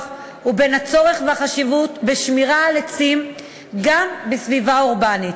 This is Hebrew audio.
ואת הצורך והחשיבות בשמירה על העצים גם בסביבה אורבנית.